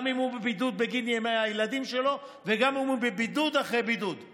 גם אם הוא בבידוד בגין הילדים שלו וגם הוא בבידוד אחרי בידוד הוא